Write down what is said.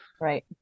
right